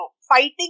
fighting